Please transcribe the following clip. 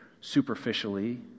superficially